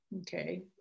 Okay